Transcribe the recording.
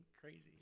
Crazy